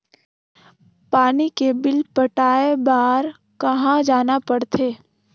पानी के बिल पटाय बार कहा जाना पड़थे?